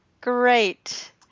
great